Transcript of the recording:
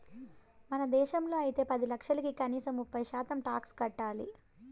మన దేశంలో అయితే పది లక్షలకి కనీసం ముప్పై శాతం టాక్స్ కట్టాలి